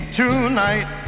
tonight